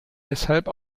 weshalb